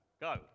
Go